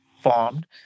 formed